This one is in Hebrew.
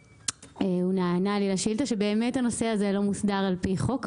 הוא ענה לי לשאילתה שבאמת הנושא הזה לא מוסדר על פי חוק,